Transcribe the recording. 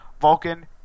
Vulcan